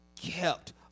kept